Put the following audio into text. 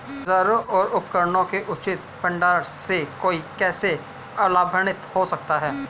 औजारों और उपकरणों के उचित भंडारण से कोई कैसे लाभान्वित हो सकता है?